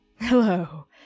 Hello